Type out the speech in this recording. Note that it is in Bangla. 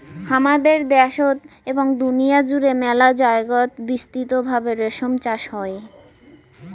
হামাদের দ্যাশোত এবং দুনিয়া জুড়ে মেলা জায়গায়ত বিস্তৃত ভাবে রেশম চাষ হই